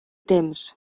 temps